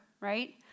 right